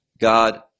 God